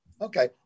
okay